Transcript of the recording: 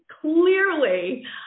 clearly